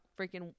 freaking